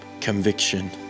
conviction